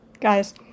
guys